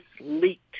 leaked